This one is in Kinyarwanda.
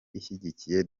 ishyigikiye